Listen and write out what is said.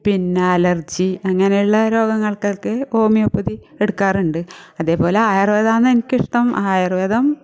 പിന്നെ അലർജി അങ്ങനെയ്ള്ള രോഗങ്ങൾക്കക്കെ ഹോമിയോപതി എടുക്കാറുണ്ട് അതുപോലെ ആയുർവേദമാന്ന് എനിക്കിഷ്ടം ആയുർവേദം